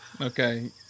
Okay